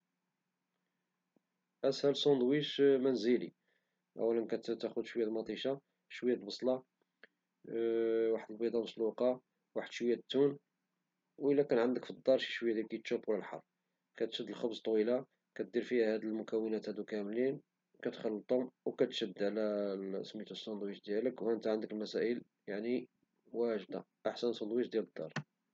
أسهل سندويش منزلي ، كتاخذ شوية د مطيشة شوية بصلة واحد البيضة مسلوقة واحد شوية تون واذا ان عندك في الدار شوية كيتشوب والحار، كتشد الخبزة طويلة كدير فيها هد المكونات كاملين كتخلطوم وكتشد على السندويش ديالك وها انت عندك أحسن ساندويش منزلي.